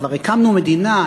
כבר הקמנו מדינה,